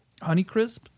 Honeycrisp